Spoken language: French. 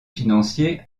financier